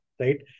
Right